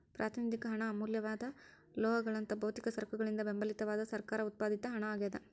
ಪ್ರಾತಿನಿಧಿಕ ಹಣ ಅಮೂಲ್ಯವಾದ ಲೋಹಗಳಂತಹ ಭೌತಿಕ ಸರಕುಗಳಿಂದ ಬೆಂಬಲಿತವಾದ ಸರ್ಕಾರ ಉತ್ಪಾದಿತ ಹಣ ಆಗ್ಯಾದ